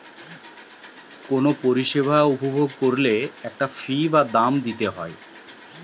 কুনো পরিষেবা উপভোগ কোরলে একটা ফী বা দাম দিতে হই